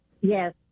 Yes